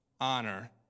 honor